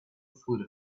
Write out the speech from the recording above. through